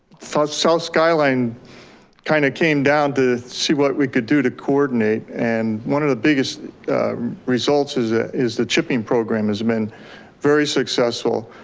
south skyline kind of came down to see what we could do to coordinate. and one of the biggest results is ah is the chipping program has been very successful.